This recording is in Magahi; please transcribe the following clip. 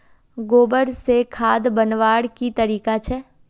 गोबर से खाद बनवार की तरीका छे?